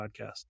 podcast